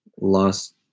lost